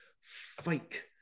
fake